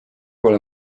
pole